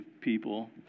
people